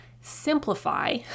simplify